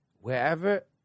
wherever